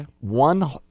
one